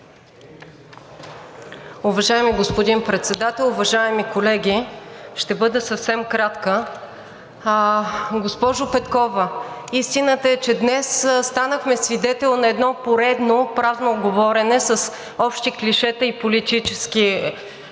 Уважаеми господин Председател, уважаеми колеги, ще бъда съвсем кратка. Госпожо Петкова, истината е, че днес станахме свидетели на едно поредно празно говорене с общи клишета и политически лозунги